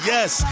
Yes